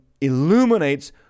illuminates